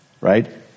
Right